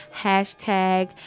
hashtag